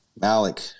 malik